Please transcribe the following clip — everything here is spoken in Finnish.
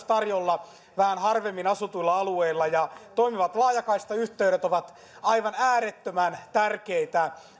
tarjolla myös vähän harvemmin asutuilla alueilla ja toimivat laajakaistayhteydet ovat aivan äärettömän tärkeitä